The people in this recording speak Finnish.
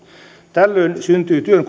tällöin syntyy työn